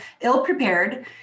ill-prepared